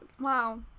Wow